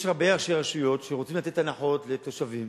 יש הרבה ראשי רשויות שרוצים לתת הנחות לתושבים,